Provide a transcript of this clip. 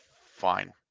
fine